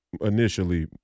initially